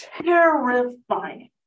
terrifying